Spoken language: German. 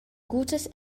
gutes